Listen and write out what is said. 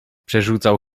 przerzucał